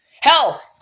Hell